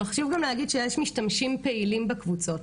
אבל חשוב גם להגיד שיש משתמשים פעילים בקבוצות,